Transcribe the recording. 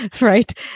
right